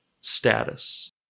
status